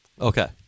Okay